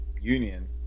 Union